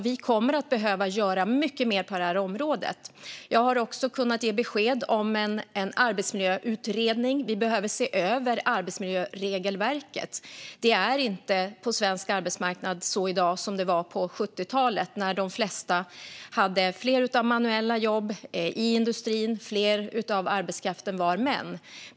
Vi kommer att behöva göra mycket mer på detta område. Jag har också gett besked om en arbetsmiljöutredning. Vi behöver se över arbetsmiljöregelverket. Svensk arbetsmarknad ser inte ut som på 70talet, när de flesta hade mer manuella jobb i industrin och fler i arbetskraften var män.